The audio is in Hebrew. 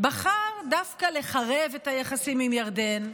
בחר דווקא לחרב את היחסים עם ירדן,